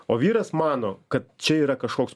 o vyras mano kad čia yra kažkoks